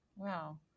Wow